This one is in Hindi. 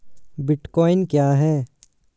बिटकॉइन क्या है?